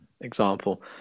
example